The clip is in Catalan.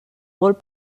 molt